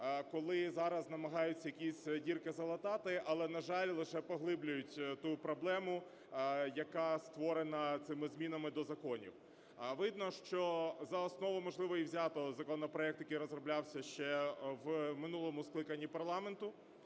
коли зараз намагаються якісь дірки залатати, але, на жаль, лише поглиблюють ту проблему, яка створена цими змінами до законів. Видно, що за основу, можливо, і взято законопроект, який розроблявся ще в минулому скликанні парламенту,